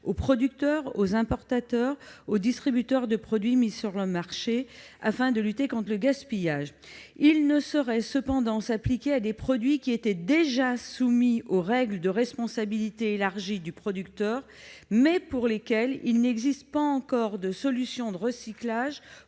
aux producteurs, importateurs et distributeurs de produits mis sur le marché, afin de lutter contre le gaspillage. Il ne saurait cependant s'appliquer à des produits qui étaient déjà soumis aux règles de responsabilité élargie du producteur, mais pour lesquels il n'existe pas encore de solution de recyclage